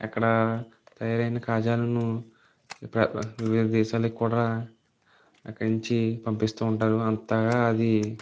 అక్కడ తయారైన కాజాలను ప్రాం వివిధ దేశాలకు కూడా అక్కడ నుంచి పంపిస్తు ఉంటారు అంతగా అది